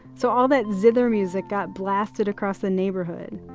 so all that zither music got blasted across the neighborhood.